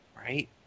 right